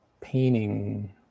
painting